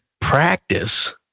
practice